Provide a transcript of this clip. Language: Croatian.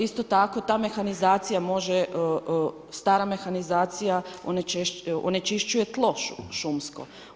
Isto tako, ta mehanizacija može, stara mehanizacija onečišćuje tlo šumsko.